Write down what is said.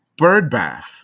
birdbath